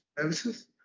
services